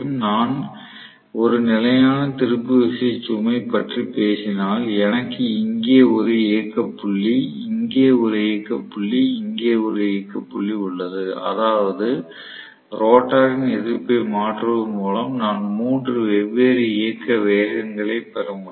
நான் ஒரு நிலையான திருப்பு விசை சுமை பற்றி பேசினால் எனக்கு இங்கே ஒரு இயக்க புள்ளி இங்கே ஒரு இயக்க புள்ளி இங்கே ஒரு இயக்க புள்ளி உள்ளது அதாவது ரோட்டாரின் எதிர்ப்பை மாற்றுவதன் மூலம் நான் 3 வெவ்வேறு இயக்க வேகங்களை பெற முடியும்